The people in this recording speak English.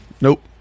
Nope